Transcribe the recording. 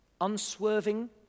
Unswerving